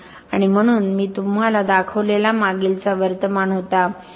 आणि म्हणून मी तुम्हाला दाखवलेला मागीलचा वर्तमान होता